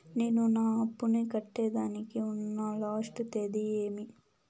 నేను నా అప్పుని కట్టేదానికి ఉన్న లాస్ట్ తేది ఏమి?